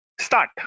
start